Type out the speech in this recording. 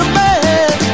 man